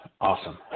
Awesome